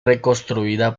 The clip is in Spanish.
reconstruida